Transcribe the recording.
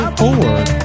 forward